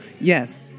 yes